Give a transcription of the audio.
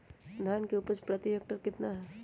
धान की उपज प्रति हेक्टेयर कितना है?